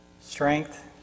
strength